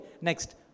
next